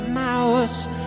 mouse